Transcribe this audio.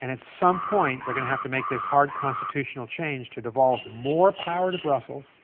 and at some point, they're going to have to make this hard constitutional change to devolve more power to brussels